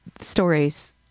stories